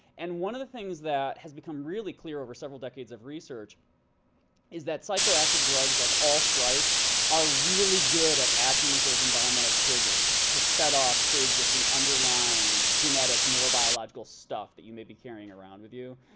and one of the things that has become really clear over several decades of research is that psychoactive drugs of all stripes are really good at acting as those environmental triggers to set off pre-existing underlying genetic neurobiological stuff that you may be carrying around with you.